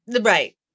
Right